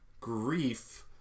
Grief